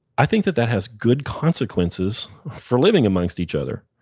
i think that that has good consequences for living amongst each other.